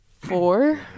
Four